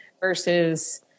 Versus